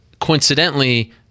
coincidentally